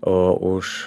o už